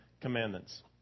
commandments